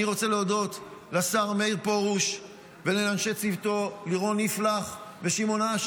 אני רוצה להודות לשר מאיר פרוש ולאנשי צוותו לירון יפלח ושמעון אש,